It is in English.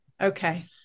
Okay